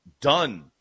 done